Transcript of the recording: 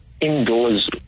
indoors